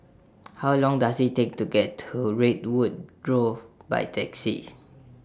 How Long Does IT Take to get to Redwood Grove By Taxi